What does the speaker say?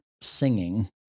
singing